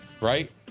right